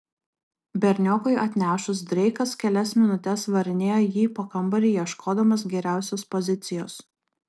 berniokui atnešus dreikas kelias minutes varinėjo jį po kambarį ieškodamas geriausios pozicijos